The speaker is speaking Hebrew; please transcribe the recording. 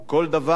כל דבר,